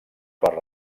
per